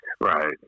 Right